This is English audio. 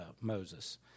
Moses